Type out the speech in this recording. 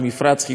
ולא על חיפה.